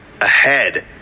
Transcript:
ahead